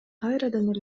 кайрадан